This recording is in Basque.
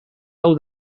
hau